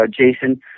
Jason